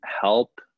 help